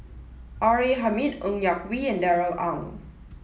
R A Hamid Ng Yak Whee and Darrell Ang